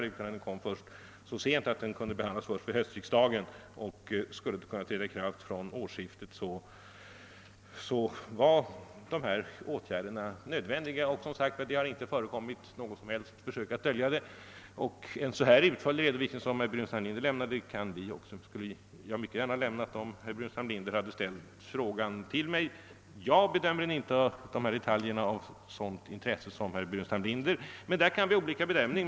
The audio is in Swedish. Nu lades den fram så sent att den kunde behandlas först vid höstriksdagen. Skulle företaget kunna komma i gång från årsskiftet, var dessa åtgärder nödvändiga och det har inte förekommit något som helst försök att dölja dem. En så utförlig redovisning som den herr Burenstam Linder gav oss skulle jag också mycket gärna ha lämnat, om herr Burenstam Linder hade ställt frågan till mig på det sättet. Jag anser visserligen inte dessa detaljer vara av sådant intresse som herr Burenstam Linder gör, men därvidlag kan finnas olika bedömningar.